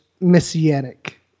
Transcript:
messianic